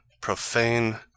profane